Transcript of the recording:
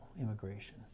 immigration